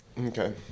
Okay